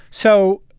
so